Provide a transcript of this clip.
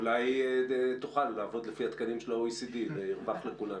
אולי תוכל לעבוד לפי התקנים של ה-OECD וירווח לכולנו.